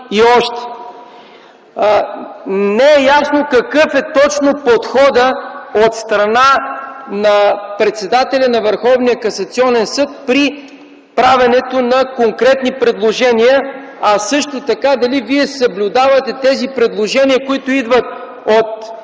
Не е ясно какъв точно е подходът от страна на председателя на Върховния касационен съд при правенето на конкретни предложения, а също така дали Вие съблюдавате тези предложения, които идват от